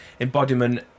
embodiment